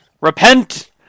Repent